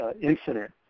incident